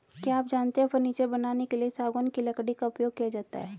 क्या आप जानते है फर्नीचर बनाने के लिए सागौन की लकड़ी का उपयोग किया जाता है